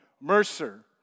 Mercer